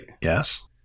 Yes